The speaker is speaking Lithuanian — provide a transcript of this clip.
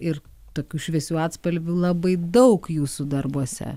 ir tokių šviesių atspalvių labai daug jūsų darbuose